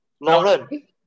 Lauren